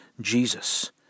Jesus